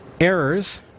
Errors